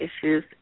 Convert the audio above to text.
issues